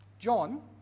John